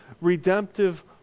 redemptive